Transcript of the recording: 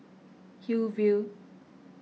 Hillview